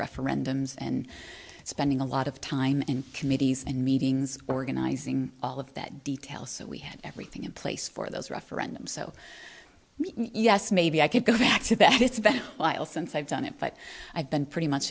referendums and spending a lot of time in committees and meetings organizing all of that detail so we had everything in place for those referendum so yes maybe i could go back to that it's been a while since i've done it but i've been pretty much